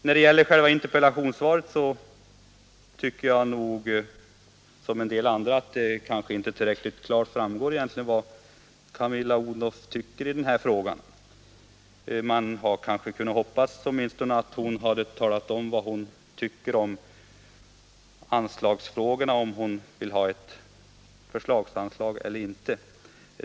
När det gäller själva interpellationssvaret tycker jag, som en del andra, att det egentligen inte tillräckligt klart framgår vad Camilla Odhnoff anser i frågan. Man hade åtminstone kunnat hoppas att statsrådet skulle tala om vad hon har för uppfattning om anslagsfrågan — om det skall vara ett förslagsanslag eller inte.